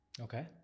Okay